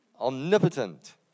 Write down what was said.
Omnipotent